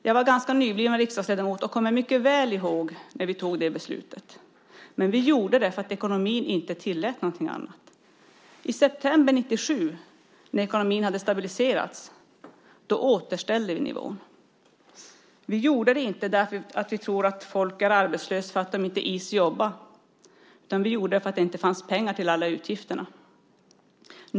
Jag var då ganska nybliven riksdagsledamot och kommer mycket väl ihåg när vi tog det beslutet. Vi gjorde det därför att ekonomin inte tillät någonting annat. I september 1997, när ekonomin hade stabiliserats, återställde vi nivån. Vi gjorde inte detta därför att vi tror att folk är arbetslösa på grund av att de inte ids jobba. Vi gjorde det därför att det inte fanns pengar till alla utgifter.